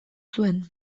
zuen